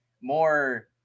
more